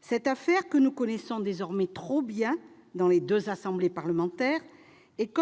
Cette affaire, que nous connaissons désormais trop bien dans les assemblées parlementaires, est